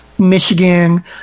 Michigan